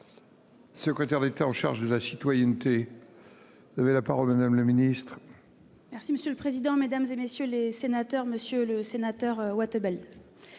Secrétaire d'État en charge de la citoyenneté. Vous avez la parole. Madame le ministre. Merci monsieur le président, Mesdames, et messieurs les sénateurs, Monsieur le Sénateur Houat Bali.